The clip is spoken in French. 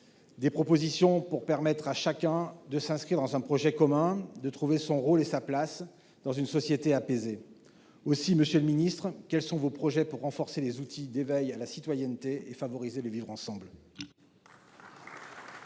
des propositions pour permettre à chacun de s’inscrire dans un projet commun, mais aussi de trouver son rôle et sa place dans une société apaisée. Monsieur le ministre, quels sont vos projets pour renforcer les outils d’éveil à la citoyenneté et favoriser le vivre ensemble ?